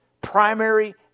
primary